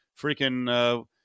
freaking